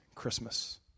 Christmas